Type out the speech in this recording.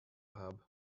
hub